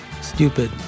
stupid